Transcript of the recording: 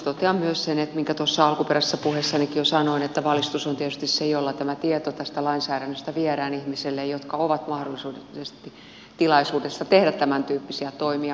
totean myös sen minkä tuossa alkuperäisessä puheessanikin jo sanoin että valistus on tietysti se jolla tämä tieto tästä lainsäädännöstä viedään ihmisille jotka ovat mahdollisesti tilaisuudessa tehdä tämäntyyppisiä toimia